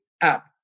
app